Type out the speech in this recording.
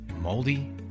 moldy